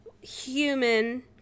human